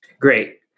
Great